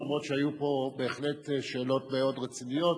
למרות שהיו פה בהחלט שאלות מאוד רציניות.